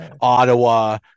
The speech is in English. Ottawa